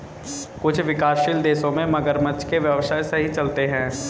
कुछ विकासशील देशों में मगरमच्छ के व्यवसाय सही चलते हैं